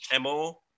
MO